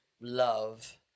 love